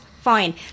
fine